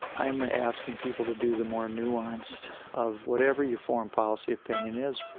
i'm asking people to do the more nuanced of whatever your foreign policy opinion is,